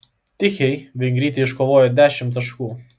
tichei vengrytė iškovojo dešimt taškų